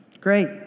Great